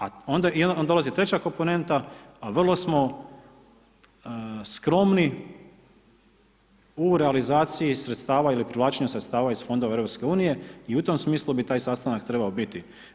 A onda nam dolazi treća komponenta, a vrlo smo, skromni, u realizaciji sredstava ili privlačenju sredstava iz Fondova EU, i u tom smisli bi taj sastanak trebao biti.